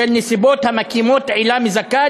בשל נסיבות המקימות עילה מזכה,